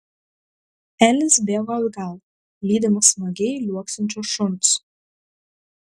elis bėgo atgal lydimas smagiai liuoksinčio šuns